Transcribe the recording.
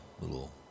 little